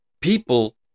people